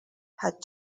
had